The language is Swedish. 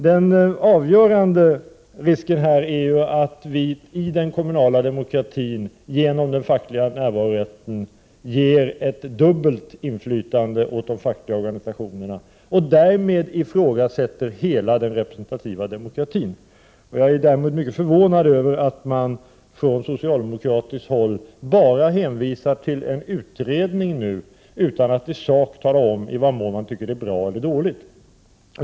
Den avgörande risken är att vi i den kommunala demokratin genom den fackliga närvarorätten ger ett dubbelt inflytande åt de fackliga organisationerna. Därmed ifrågasätts hela den representativa demokratin. Jag är mycket förvånad över att man på socialdemokratiskt håll bara hänvisar till en utredning utan att tala om huruvida man i sak tycker att det är bra eller dåligt.